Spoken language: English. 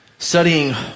studying